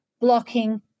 blocking